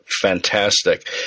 fantastic